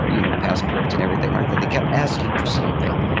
ah you know, passports and everything, like that. they kept asking for something,